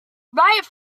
write